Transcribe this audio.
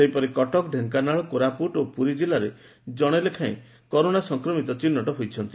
ସେହିପରି କଟକ ଢେଙ୍କାନାଳ କଳାହାଣ୍ଡି ଓ ପୁରୀ ଜିଲ୍ଲାରେ ଜଣେ ଲେଖାଏଁ କରୋନା ସଂକ୍ରମିତ ଚିହ୍ଟ ହୋଇଛନ୍ତି